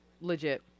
legit